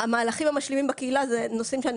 המהלכים המשלימים בקהילה אלה נושאים שאני